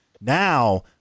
Now